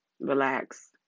Relax